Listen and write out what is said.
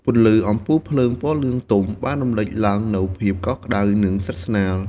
ពន្លឺអំពូលភ្លើងពណ៌លឿងទុំ បានរំលេចឡើងនូវភាពកក់ក្តៅ និងស្និទ្ធស្នាល។